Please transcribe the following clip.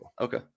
Okay